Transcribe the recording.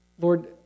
Lord